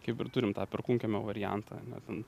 kaip ir turim tą perkūnkiemio variantą ane ten